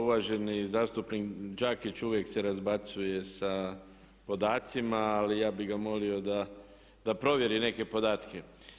Uvaženi zastupnik Đakić uvijek se razbacuje sa podacima ali ja bih ga molio da provjeri neke podatke.